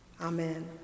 Amen